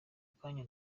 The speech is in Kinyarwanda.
kanya